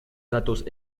datos